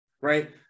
right